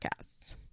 podcasts